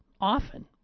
often